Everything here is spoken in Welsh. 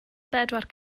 bedwar